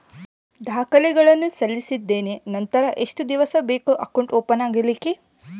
ದಾಖಲೆಗಳನ್ನು ಸಲ್ಲಿಸಿದ್ದೇನೆ ನಂತರ ಎಷ್ಟು ದಿವಸ ಬೇಕು ಅಕೌಂಟ್ ಓಪನ್ ಆಗಲಿಕ್ಕೆ?